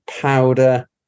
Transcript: powder